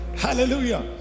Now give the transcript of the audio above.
Hallelujah